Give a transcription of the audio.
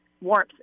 warmth